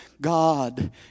God